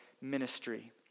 ministry